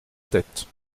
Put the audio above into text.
tête